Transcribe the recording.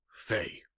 FAY